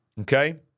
okay